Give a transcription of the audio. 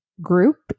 group